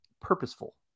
purposeful